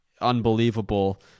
unbelievable